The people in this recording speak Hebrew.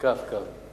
קו, קו.